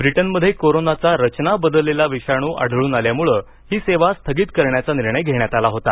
ब्रिटनमध्ये कोरोनाचा रचना बदललेला विषाणू आढळन आल्यामुळं ही सेवा स्थगित करण्याचा निर्णय घेण्यात आला होता